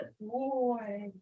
boy